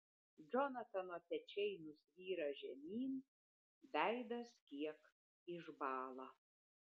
džonatano pečiai nusvyra žemyn veidas kiek išbąla